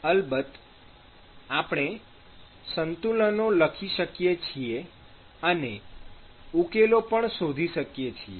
અલબત્ત આપણે સંતુલનો લખી શકીએ છીએ અને ઉકેલો પણ શોધી શકીએ છીએ